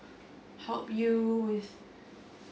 help you with